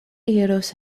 iros